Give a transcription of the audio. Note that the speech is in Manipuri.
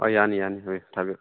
ꯍꯣꯏ ꯌꯥꯅꯤ ꯌꯥꯅꯤ ꯊꯥꯕꯤꯔꯛꯎ